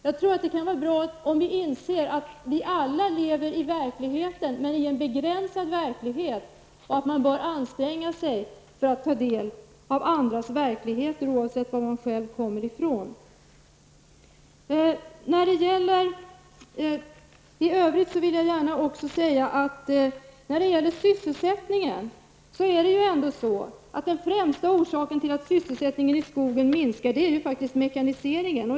Jag tror att det kan vara bra om vi inser att vi alla lever i verkligheten men i en begränsad verklighet och att man bör anstränga sig för att ta del av andras verklighet, oavsett var man själv kommer ifrån. I övrigt vill jag gärna säga beträffande sysselsättningen att den främsta orsaken till att sysselsättningen i skogen minskar är mekaniseringen.